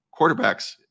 quarterbacks